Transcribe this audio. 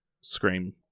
scream